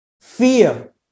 fear